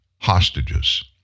hostages